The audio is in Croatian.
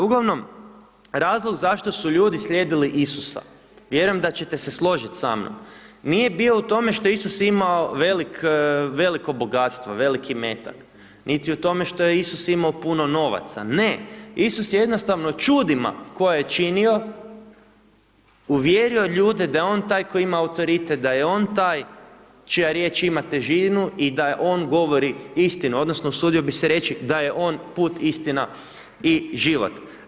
Uglavnom, razlog zašto su ljudi slijedili Isusa, vjerujem da ćete se složit sa mnom, nije bio u tome što je Isus imao veliko bogatstvo, veliki imetak, niti u tome što je Isus imao puno novaca, ne, Isus je jednostavno čudima koja je činio uvjerio ljude da je on taj koji ima autoritet, da je on taj čija riječ ima težinu i da on govori istinu odnosno usudio bih se reći da je on put, istina i život.